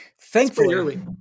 thankfully